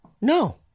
no